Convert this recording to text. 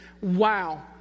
Wow